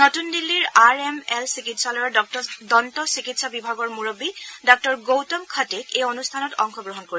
নতুন দিল্লীৰ R M L চিকিৎসালয়ৰ দন্ত চিকিৎসা বিভাগৰ মুৰববী ডাঃ গৌতম খটেক এই অনুষ্ঠানত অংশ গ্ৰহণ কৰিব